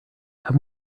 have